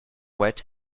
wet